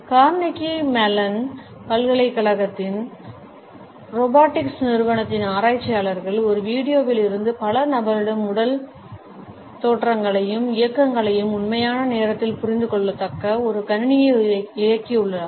Carnegie Mellon பல்கலைக்கழகத்தின் robotics நிறுவனத்தின் ஆராய்ச்சியாளர்கள் ஒரு வீடியோவில் இருந்து பல நபர்களின் உடல் தோற்றங்களையும் இயக்கங்களையும் உண்மையான நேரத்தில் புரிந்து கொள்ளத்தக்க ஒரு கணினியை இயக்கியுள்ளனர்